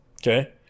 okay